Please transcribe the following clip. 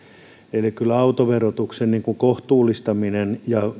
eli kyllä autoverotuksen kohtuullistamisen ja